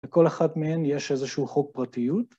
לכל אחת מהן יש איזשהו חוק פרטיות.